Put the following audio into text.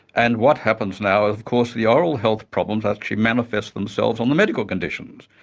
and what happens now is of course the oral health problems actually manifest themselves on the medical conditions.